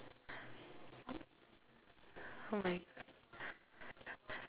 oh my